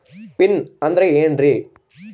Pin ಅಂದ್ರೆ ಏನ್ರಿ?